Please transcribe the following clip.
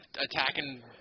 attacking